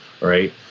right